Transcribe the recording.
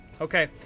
Okay